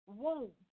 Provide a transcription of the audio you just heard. womb